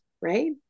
right